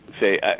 say